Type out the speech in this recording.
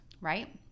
right